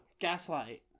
Gaslight